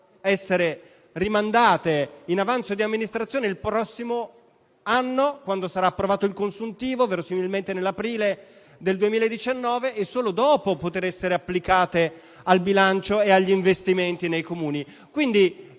essere rimandate in avanzo di amministrazione al prossimo anno, quando sarà approvato il consuntivo, verosimilmente nell'aprile del 2019, e solo dopo potranno essere applicate al bilancio e agli investimenti nei Comuni.